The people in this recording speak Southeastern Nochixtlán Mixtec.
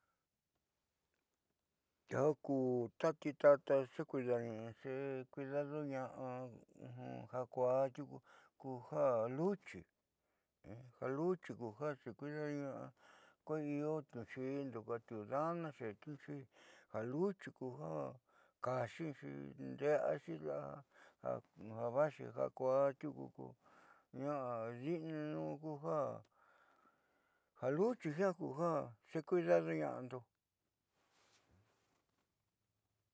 Ta ku titata xekuidadona'a ja kuaá tiuku ku ja luchi ja luchi xekuidado ña'a ko axiiniindo ko otiudadna ja luchi ku ja kaaxixi nde'eaxi la'a ja vaaxi ja kuaá tiuku ko ña'a di'inanuun ja luchi jiaa xekuidadoña'ando.